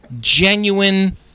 genuine